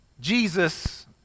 Jesus